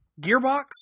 Gearbox